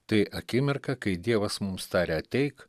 tai akimirka kai dievas mums taria ateik